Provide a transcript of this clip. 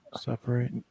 separate